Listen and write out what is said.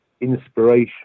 inspiration